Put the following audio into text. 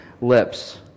lips